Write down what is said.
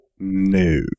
No